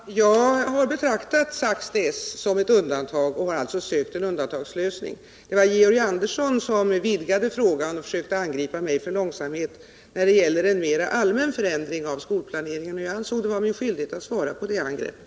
Herr talman! Jag har betraktat Saxnäs som ett undantag och alltså sökt en undantagslösning. Det var Georg Andersson som vidgade frågan och försökte angripa mig med påstående om långsamhet när det gäller en mer allmän förändring av skolplaneringen. Jag ansåg det vara min skyldighet att svara på det angreppet.